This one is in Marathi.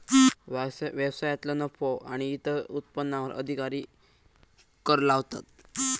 व्यवसायांतलो नफो आणि इतर उत्पन्नावर अधिकारी कर लावतात